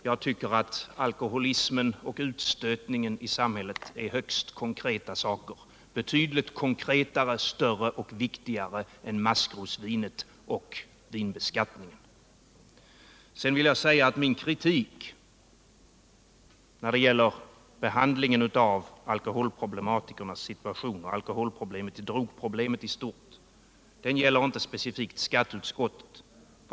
Jag tycker emellertid att alkoholismen och utstötningen i samhället är högst konkreta saker, betydligt konkretare, större och viktigare än frågan om maskrosvinet och vinbeskattningen. Min kritik av behandlingen av alkoholproblematikernas situation och alkoholproblemet i stort gäller inte specifikt skatteutskottet.